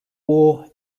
war